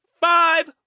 five